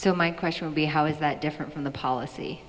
so my question would be how is that different from the policy